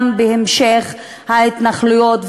גם בהמשך ההתנחלויות,